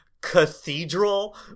cathedral